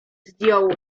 zdjął